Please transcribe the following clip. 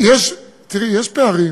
תראי, יש פערים